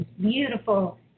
beautiful